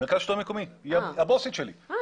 הבוסית שלי.